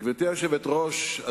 גברתי היושבת-ראש,